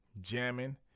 jamming